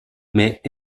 mais